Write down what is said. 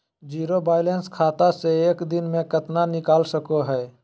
Zero balance खाता से एक दिन में कितना निकाल सको है?